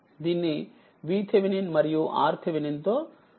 దీన్నిVTh మరియుRTh తో సూచించవచ్చు